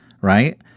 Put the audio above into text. right